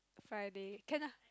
Friday can lah